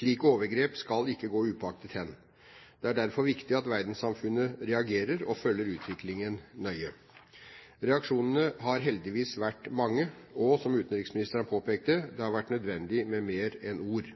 Slike overgrep skal ikke gå upåaktet hen. Det er derfor viktig at verdenssamfunnet reagerer og følger utviklingen nøye. Reaksjonene har heldigvis vært mange. Og, som utenriksministeren påpekte, det har vært nødvendig med mer enn ord.